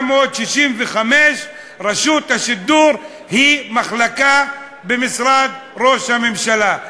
ל-1965, רשות השידור היא מחלקה במשרד ראש הממשלה.